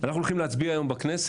אנחנו הולכים להצביע היום בכנסת